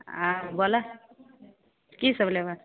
हँ बोल की सब लेबऽ